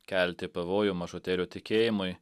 kelti pavojų mažutėlių tikėjimui